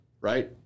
right